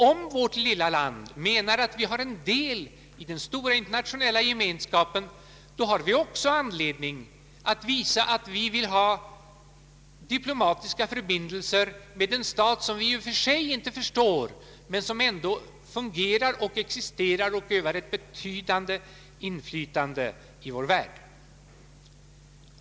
Om vårt lilla land anser sig ha del i den stora internationella gemenskapen, då har vi också anledning visa att vi vill ha diplomatiska förbindelser med en stat som vi i och för sig inte förstår men som ändå existerar och fungerar och övar ett betydande inflytande.